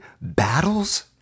battles